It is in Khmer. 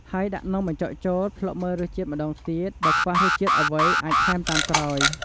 ហើយដាក់នំបញ្ចុកចូល ភ្លក់មើលរសជាតិម្ដងទៀត បើខ្វះរសជាតិអ្វីអាចថែមបានតាមក្រោយ។